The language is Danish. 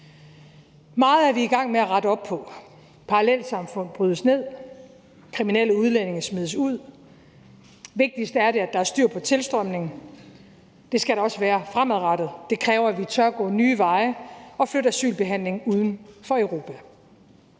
Meget er vi i gang med at rette op på: Parallelsamfund brydes ned, kriminelle udlændinge smides ud, og vigtigst er det, at der er styr på tilstrømningen, og det skal der også være fremadrettet, og det kræver, at vi tør gå nye veje og flytte asylbehandlingen uden for Europa.